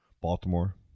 Baltimore